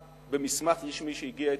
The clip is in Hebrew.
במסמך רשמי שהגיע אתמול,